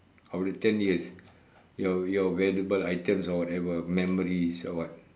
of the ten years your valuable items or whatever memories or what